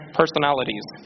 personalities